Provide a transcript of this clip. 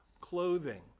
clothing